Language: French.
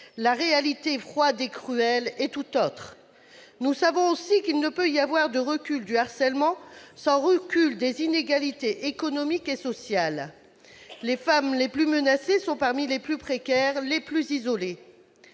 la réalité, froide et cruelle, est tout autre. Nous savons aussi qu'il ne peut y avoir de recul du harcèlement sans recul des inégalités économiques et sociales. Les femmes les plus menacées sont parmi les plus précaires, les plus isolées.